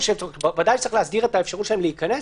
ודאי צריך להסדיר את האפשרות שלהם להיכנס.